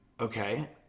Okay